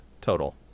total